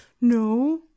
no